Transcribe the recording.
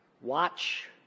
Watch